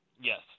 Yes